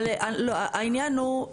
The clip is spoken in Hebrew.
העניין הוא,